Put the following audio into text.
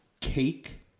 Cake